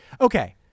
okay